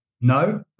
No